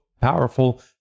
powerful